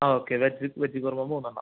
ആ okay veg veg kurma മൂന്നെണ്ണം